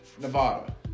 Nevada